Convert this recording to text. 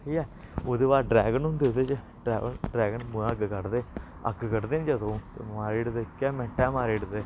ठीक ऐ ओह्दे बाद ड्रैगन होंदे ओह्दे च ड्रैगन मूंहा अग्ग कड्ढदे अग्ग कड्ढदे न जदूं ते मारी ओड़दे इक्कै मिंट्टै च मारी ओड़दे